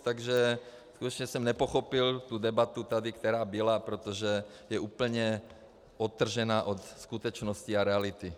Takže skutečně jsem nepochopil debatu tady, která byla, protože je úplně odtržená od skutečnosti a reality.